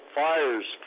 fires